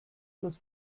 plus